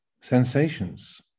sensations